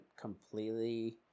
completely